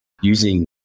using